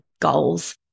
goals